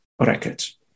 records